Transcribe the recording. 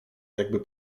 jakby